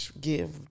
Give